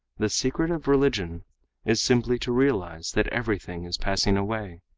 the secret of religion is simply to realize that everything is passing away.